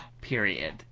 period